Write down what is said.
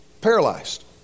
paralyzed